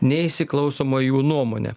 neįsiklausoma į jų nuomonę